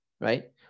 right